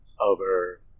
over